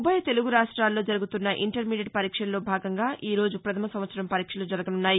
ఉభయ తెలుగు రాష్టాల్లో జరుగుతున్న ఇంటర్మీడియట్ పరీక్షల్లో భాగంగా ఈ రోజు ప్రథమ సంవత్సరం పరీక్షలు జరగనున్నాయి